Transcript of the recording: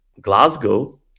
Glasgow